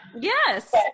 yes